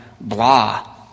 blah